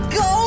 go